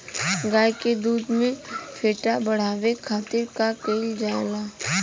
गाय के दूध में फैट बढ़ावे खातिर का कइल जाला?